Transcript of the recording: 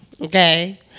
Okay